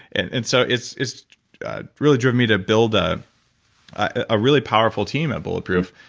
and and so it's it's ah really driven me to build a ah really powerful team at bulletproof.